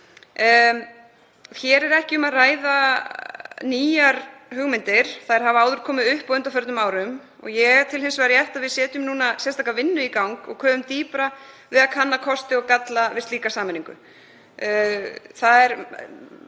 Hér er ekki um að ræða nýjar hugmyndir. Þær hafa áður komið upp á undanförnum árum. Ég tel hins vegar rétt að við setjum núna sérstaka vinnu í gang og köfum dýpra í að kanna kosti og galla við slíka sameiningu. Það er